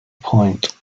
point